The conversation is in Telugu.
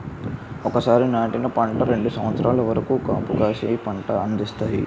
ఒకసారి నాటిన పంట రెండు సంవత్సరాల వరకు కాపుకాసి పంట అందిస్తాయి